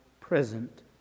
present